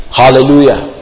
hallelujah